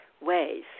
ways